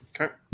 Okay